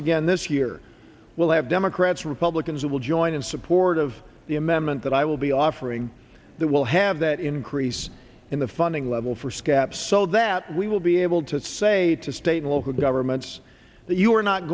again this year we'll have democrats republicans who will join in support of the amendment that i will be offering that will have that increase in the funding level for scap so that we will be able to say to state and local governments that you are not